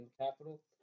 Capital